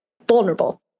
vulnerable